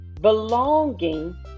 belonging